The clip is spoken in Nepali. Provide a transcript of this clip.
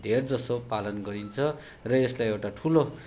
धेरै जस्तो पालन गरिन्छ र यसलाई एउटा ठुलो